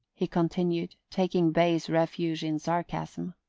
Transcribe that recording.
he continued, taking base refuge in sarcasm.